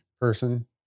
person